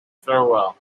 farewell